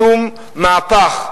שום מהפך,